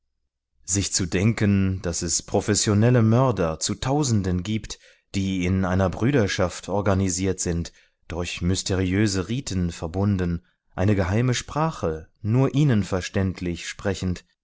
sich zu denken daß es professionelle mörder zu tausenden gibt die in einer brüderschaft organisiert sind durch mysteriöse riten verbunden eine geheime sprache nur ihnen verständlich sprechend